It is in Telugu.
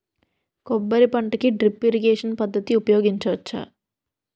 కొబ్బరి పంట కి డ్రిప్ ఇరిగేషన్ పద్ధతి ఉపయగించవచ్చా?